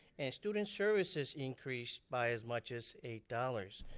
and student services increased by as much as eight dollars.